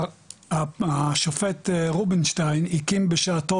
השופט רובינשטיין הקים בשעתו,